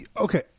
Okay